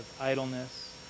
idleness